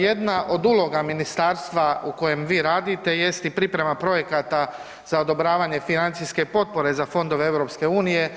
Jedna od uloga ministarstva u kojem vi radite jest i priprema projekata za odobravanje financijske potpore za Fondove EU.